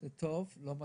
זה טוב אך לא מספיק.